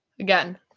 Again